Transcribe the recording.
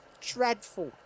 dreadful